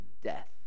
death